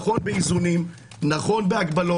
נכון באיזונים, נכון בהגבלות.